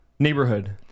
neighborhood